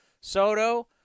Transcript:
Soto